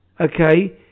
okay